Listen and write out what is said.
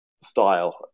style